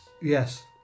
Yes